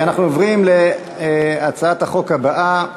אנחנו עוברים להצעת החוק הבאה: